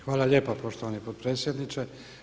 Hvala lijepo poštovani potpredsjedniče.